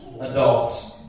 adults